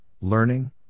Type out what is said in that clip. learning